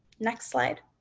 next slide.